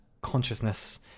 consciousness